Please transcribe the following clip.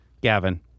Gavin-